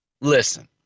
listen